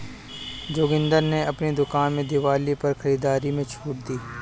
जोगिंदर ने अपनी दुकान में दिवाली पर खरीदारी में छूट दी